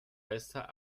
besser